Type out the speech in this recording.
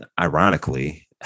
ironically